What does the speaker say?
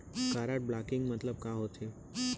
Card blocking मतलब का होथे?